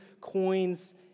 coins